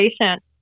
patient